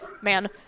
Man